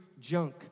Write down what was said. junk